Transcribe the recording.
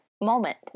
moment